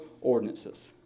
ordinances